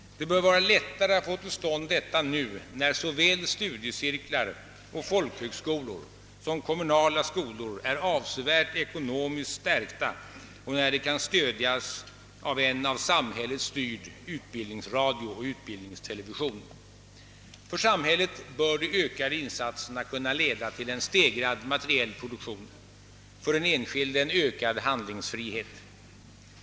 Det bör vara lättare att få till stånd detta nu när såväl studiecirklar och folkhögskolor som kommunala skolor är ekonomiskt stärkta och när de kan stödjas av en av samhället styrd utbildningsradio och utbildningstelevision. För samhället bör de ökade insatserna kunna leda till en stegrad materielproduktion, för den enskilde till en ökad handlingsfrihet.